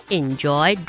enjoy